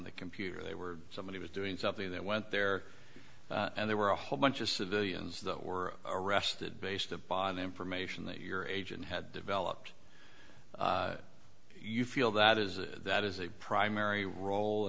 the computer they were somebody was doing something that went there and there were a whole bunch of civilians that were arrested based upon the information that your agent had developed you feel that is that is a primary role